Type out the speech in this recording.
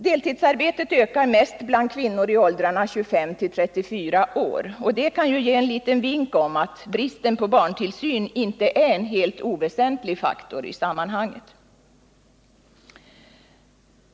Deltidsarbetet ökar mest bland kvinnor i åldrarna 25-34 år. Det kan ge en liten vink om att bristen på barntillsyn inte är en helt oväsentlig faktor i sammanhanget.